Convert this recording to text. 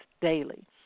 daily